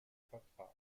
vertrag